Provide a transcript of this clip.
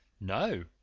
No